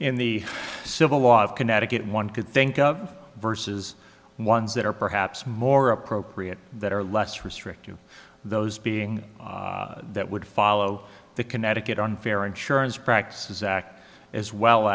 in the civil law of connecticut one could think of vs ones that are perhaps more appropriate that are less restrictive those being that would follow the connecticut unfair insurance